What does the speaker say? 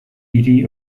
hiri